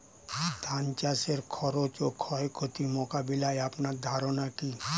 ধান চাষের খরচ ও ক্ষয়ক্ষতি মোকাবিলায় আপনার ধারণা কী?